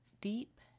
deep